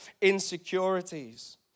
insecurities